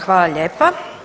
Hvala lijepa.